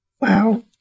Wow